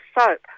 soap